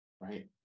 right